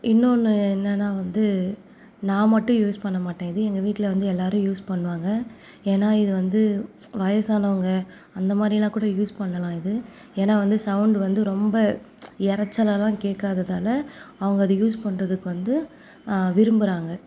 இன்னொன்று என்னன்னா வந்து நான் மட்டும் யூஸ் பண்ணமாட்டேன் இது எங்கே வீட்டில வந்து எல்லாரும் யூஸ் பண்ணுவாங்க ஏன்னா இது வந்து வயதானவங்க அந்தமாதிரில்லாம் கூட யூஸ் பண்ணலாம் இது ஏன்னா வந்து சௌண்ட் வந்து ரொம்ப இரச்சலால்லாம் கேட்காததால அவங்க அது யூஸ் பண்ணுறதுக்கு வந்து விரும்புகிறாங்க